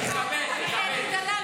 תכבד.